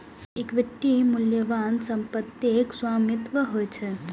equity मूल्यवान संपत्तिक स्वामित्व होइ छै